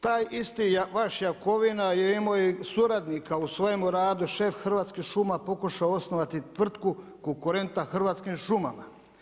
Taj isti vaš Jakovina je imao suradnika u svojemu rada, šef Hrvatskih šuma pokušao osnovati tvrtku konkurenta Hrvatskim šumama.